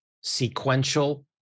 sequential